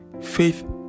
Faith